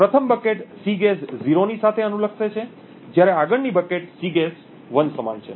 પ્રથમ bucket Cguess 0 ની સાથે અનુલક્ષે છે જ્યારે આગળની બકેટ સીગેસ 1 સમાન છે